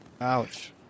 Ouch